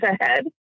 ahead